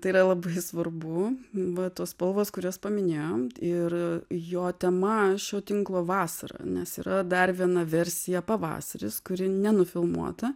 tai yra labai svarbu va tos spalvos kurias paminėjom ir jo tema tinklo vasara nes yra dar viena versija pavasaris kuri nenufilmuota